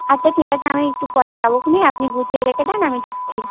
আচ্ছা ঠিক আছে আমি একটু পরে যাবো ক্ষনে আপনি গুছিয়ে রেখে দেন আমি যাচ্ছি